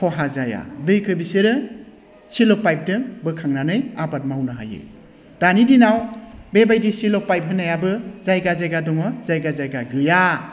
खहा जाया दैखौ बिसोरो सिल' पाइपजों बोखांनानै आबाद मावनो हायो दानि दिनाव बेबायदि सिल' पाइप होनायाबो जायगा जायगा दङ जायगा जायगा गैया